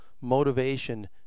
motivation